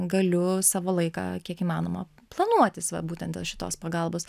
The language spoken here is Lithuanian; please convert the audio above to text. galiu savo laiką kiek įmanoma planuotis va būtent dėl šitos pagalbos